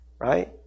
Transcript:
right